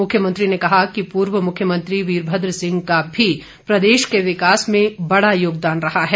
मुख्यमंत्री ने कहा कि पूर्व मुख्यमंत्री वीरभद्र सिंह का भी प्रदेश के विकास में बड़ा योगदान रहा है